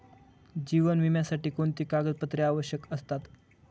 जीवन विम्यासाठी कोणती कागदपत्रे आवश्यक असतात?